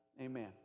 amen